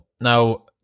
Now